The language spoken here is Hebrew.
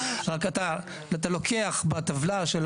רק אתה לוקח בטבלה של